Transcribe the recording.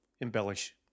embellish